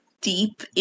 deep